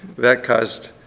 that caused,